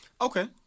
Okay